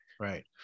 Right